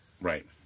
Right